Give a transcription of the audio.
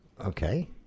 Okay